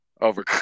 Over